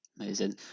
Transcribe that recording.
Amazing